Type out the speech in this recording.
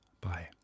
Bye